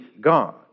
God